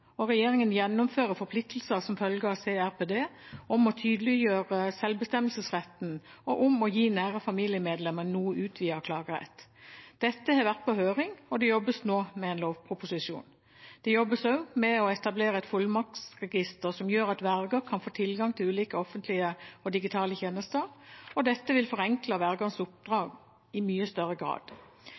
Regjeringen gjennomfører forpliktelser som følger av CRPD, om å tydeliggjøre selvbestemmelsesretten og om å gi nære familiemedlemmer en noe utvidet klagerett. Dette har vært på høring, og det jobbes nå med en lovproposisjon. Det jobbes også med å etablere et fullmaktsregister som gjør at verger kan få tilgang til ulike offentlige og digitale tjenester. Dette vil forenkle vergers oppdrag i mye større grad.